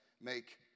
make